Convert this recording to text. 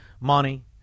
money